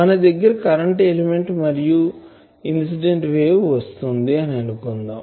మన దగ్గర current element మరియు ఇన్సిడెంట్ వేవ్ వస్తుంది అని అనుకుందాం